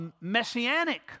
messianic